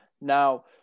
Now